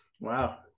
Wow